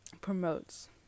promotes